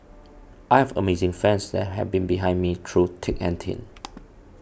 I have amazing fans and they have been behind me through thick and thin